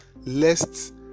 lest